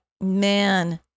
man